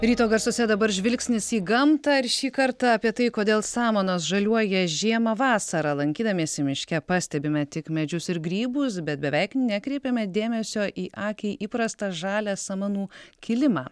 ryto garsuose dabar žvilgsnis į gamtą ir šį kartą apie tai kodėl samanos žaliuoja žiemą vasarą lankydamiesi miške pastebime tik medžius ir grybus bet beveik nekreipiame dėmesio į akiai įprastą žalią samanų kilimą